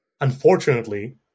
Unfortunately